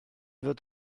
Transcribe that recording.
fod